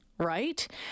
right